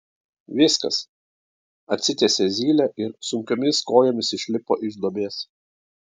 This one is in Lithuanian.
viskas atsitiesė zylė ir sunkiomis kojomis išlipo iš duobės